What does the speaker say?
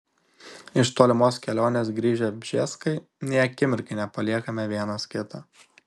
iš tolimos kelionės grįžę bžeskai nei akimirkai nepaliekame vienas kito